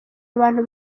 abantu